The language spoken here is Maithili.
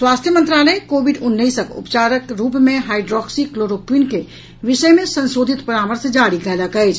स्वास्थ्य मंत्रालय कोविड उन्नैसक उपचारक रूप मे हाईड्रॉक्सी क्लोरोक्विन के विषय मे संशोधित परामर्श जारी कयलक अछि